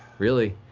really.